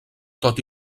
tot